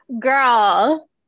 Girl